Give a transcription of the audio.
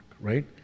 right